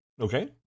Okay